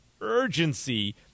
urgency